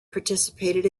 participated